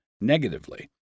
negatively